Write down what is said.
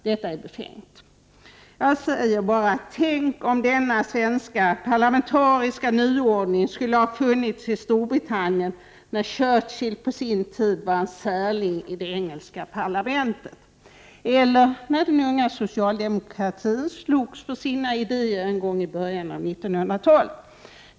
Detta är befängt. Tänk, jag säger bara tänk, om denna svenska parlamentariska nyordning skulle ha funnits i Storbritannien, när Churchill på sin tid var en särling i det engelska parlamentet eller när den unga socialdemokratin slogs för sina idéer en gång i början av 1900-talet.